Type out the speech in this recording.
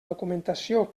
documentació